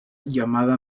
llamada